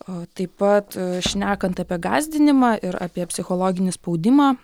o taip pat šnekant apie gąsdinimą ir apie psichologinį spaudimą